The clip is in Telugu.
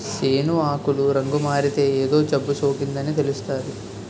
సేను ఆకులు రంగుమారితే ఏదో జబ్బుసోకిందని తెలుస్తాది